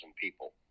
people